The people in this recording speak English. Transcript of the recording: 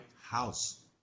house